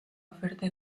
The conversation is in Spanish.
oferta